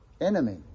enemies